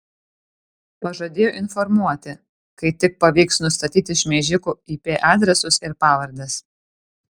pažadėjo informuoti kai tik pavyks nustatyti šmeižikų ip adresus ir pavardes